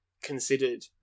considered